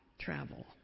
travel